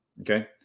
Okay